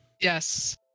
Yes